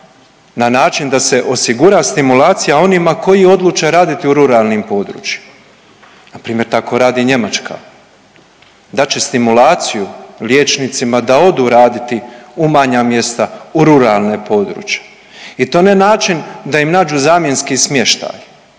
na način da se osigura stimulacija onima koji odluče raditi u ruralnim područjima, npr. tako radi Njemačka, dat će stimulaciju liječnicima da odu raditi u manja mjesta u ruralna područja i to ne način da im nađu zamjenski smještaj,